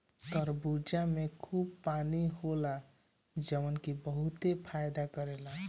तरबूजा में खूब पानी होला जवन की बहुते फायदा करेला